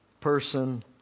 person